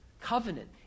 Covenant